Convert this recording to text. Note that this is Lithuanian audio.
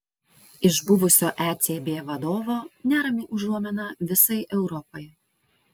iš buvusio ecb vadovo nerami užuomina visai europai